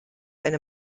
eine